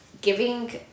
giving